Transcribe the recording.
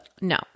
No